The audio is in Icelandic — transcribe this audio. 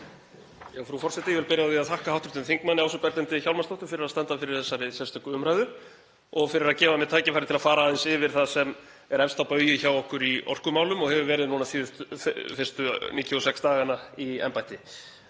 Frú forseti. Ég vil byrja á því að þakka hv. þm. Ásu Berglindi Hjálmarsdóttur fyrir að standa fyrir þessari sérstöku umræðu og fyrir að gefa mér tækifæri til að fara aðeins yfir það sem er efst á baugi hjá okkur í orkumálum og hefur verið núna fyrstu 96 dagana í embætti.